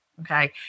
Okay